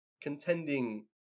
contending